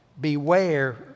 Beware